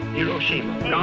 Hiroshima